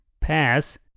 pass